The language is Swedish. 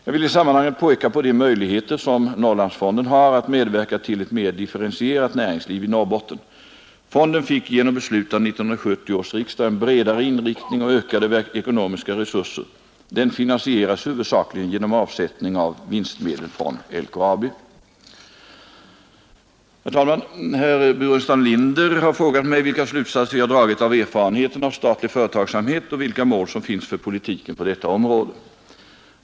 Jag vill i sammanhanget peka på de möjligheter som Norrlandsfonden har att medverka till ett mer differentierat näringsliv i Norrbotten. Fonden fick genom beslut av 1970 års riksdag en bredare inriktning och ökade ekonomiska resurser. Den finansieras huvudsakligen genom avsättning av vinstmedel från LKAB. Herr talman! Herr Burenstam Linder har frågat mig vilka slutsatser jag dragit av erfarenheterna av statlig företagsamhet och vilka mål som finns för politiken på detta område.